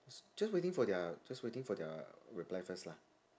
s~ just waiting for their just waiting for their reply first lah